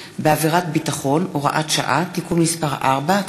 בעבירת ביטחון) (הוראת שעה) (תיקון מס' 4),